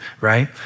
right